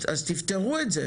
אז תפתרו את זה.